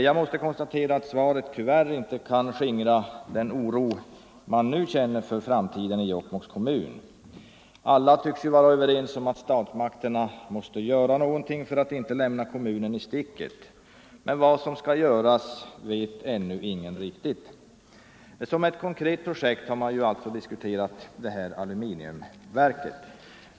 Jag måste konstatera att svaret tyvärr inte kan skingra den oro man nu känner för framtiden i Jokkmokks kommun. Alla tycks vara överens Om att statsmakterna måste göra någonting för att inte lämna kommunen i sticket. Men vad som skall göras vet ännu ingen riktigt. Som ett konkret projekt har man diskuterat frågan om ett aluminiumverk förlagt till Jokkmokk.